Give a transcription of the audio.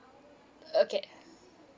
okay